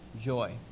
joy